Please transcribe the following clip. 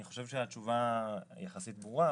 אני חושב שהתשובה יחסית ברורה,